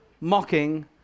Mocking